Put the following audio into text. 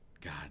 God